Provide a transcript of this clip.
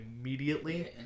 immediately